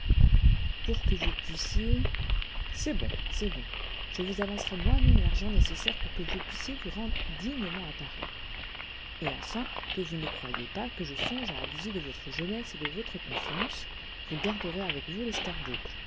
pour que vous puissiez c'est bon c'est bon je vous avancerai moi-même l'argent nécessaire pour que vous puissiez vous rendre dignement à paris et atin que vous ne croyiez pas que je songe à abuser de votre jeunesse et de votre confiance vous garderez avec vous